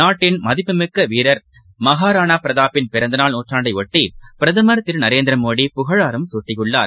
நாட்டின் மதிப்புமிக்கவீரர் மகாராணாபிரதாப்பின் பிறந்தநாள் நூற்றாண்டைஒட்டி பிரதமர் திருநரேந்திரமோடி புகழாரம் சூட்டியுள்ளார்